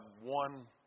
one